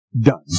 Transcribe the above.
done